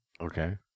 Okay